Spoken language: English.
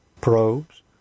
probes